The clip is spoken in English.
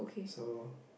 so